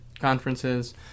conferences